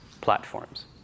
platforms